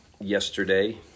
Yesterday